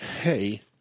hey